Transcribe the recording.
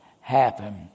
happen